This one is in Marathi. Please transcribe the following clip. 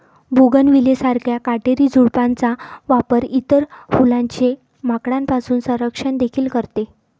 बोगनविले सारख्या काटेरी झुडपांचा वापर इतर फुलांचे माकडांपासून संरक्षण देखील करते